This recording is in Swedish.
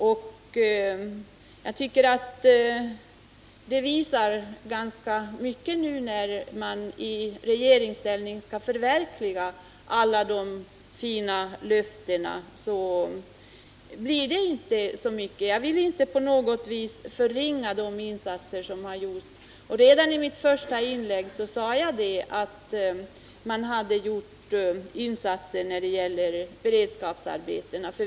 Och det visar sig nu — när man i regeringsställning skall förverkliga alla de fina löftena blir det inte så mycket. Jag vill inte på något vis förringa de insatser som har gjorts, och redan i mitt första inlägg sade jag att centern har gjort insatser när det gäller beredskapsarbetena.